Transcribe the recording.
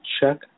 check